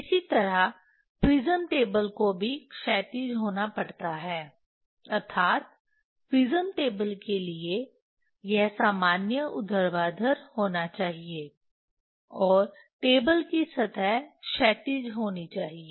इसी तरह prism table को भी क्षैतिज होना पड़ता है अर्थात प्रिज्म टेबल के लिए यह सामान्य ऊर्ध्वाधर होना चाहिए और टेबल की सतह क्षैतिज होनी चाहिए